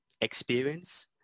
experience